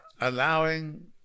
allowing